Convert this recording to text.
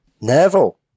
Neville